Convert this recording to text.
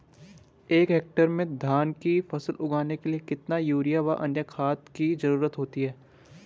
एक हेक्टेयर में धान की फसल उगाने के लिए कितना यूरिया व अन्य खाद की जरूरत होती है?